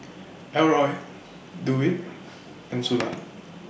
Elroy Dewitt and Sula